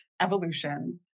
evolution